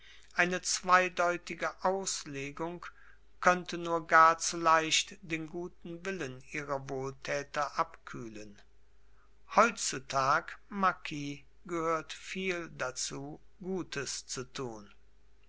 eine zweideutige auslegung könnte nur gar zu leicht den guten willen ihrer wohltäter abkühlen heutzutag marquis gehört viel dazu gutes zu tun